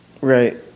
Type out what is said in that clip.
Right